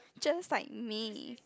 just like me